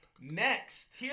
Next